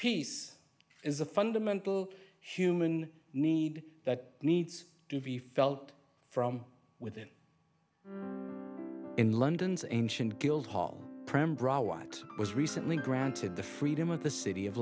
peace is a fundamental human need that needs to be felt from within in london's ancient guildhall it was recently granted the freedom of the city of